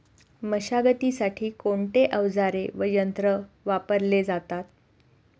मशागतीसाठी कोणते अवजारे व यंत्र वापरले जातात?